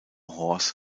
horse